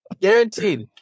guaranteed